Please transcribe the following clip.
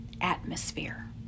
atmosphere